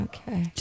Okay